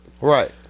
Right